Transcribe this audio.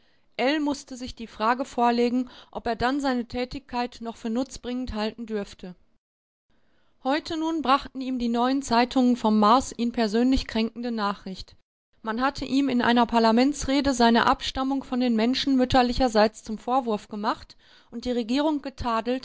mußte sich die frage vorlegen ob er dann seine tätigkeit noch für nutzbringend halten dürfte heute nun brachten ihm die neuen zeitungen vom mars ihn persönlich kränkende nachricht man hatte ihm in einer parlamentsrede seine abstammung von den menschen mütterlicherseits zum vorwurf gemacht und die regierung